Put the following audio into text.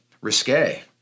risque